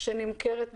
שנמכרת בעולם,